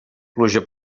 pluja